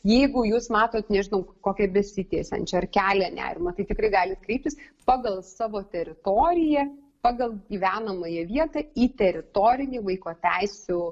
jeigu jūs matot nežinau kokią besitęsiančią ar kelia nerimą tai tikrai galit kreiptis pagal savo teritoriją pagal gyvenamąją vietą į teritorinį vaiko teisių